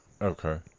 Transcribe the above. Okay